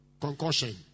concussion